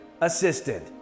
assistant